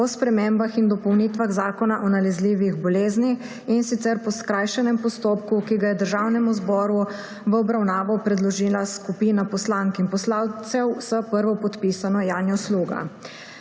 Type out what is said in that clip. o spremembah in dopolnitvah Zakona o nalezljivih boleznih, in sicer po skrajšanem postopku, ki ga je Državnemu zboru v obravnavo predložila skupina poslank in poslancev s prvopodpisano Janjo Sluga.